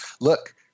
look